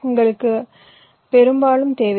உங்களுக்கு பெரும்பாலும் தேவையில்லை